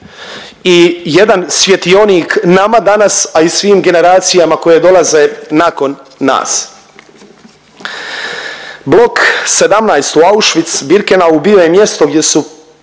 i jedan svjetionik nama danas, a i svim generacijama koje dolaze nakon nas. Blok 17 u Auschwitz-Birkenau bio je mjesto gdje su